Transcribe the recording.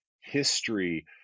history